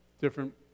different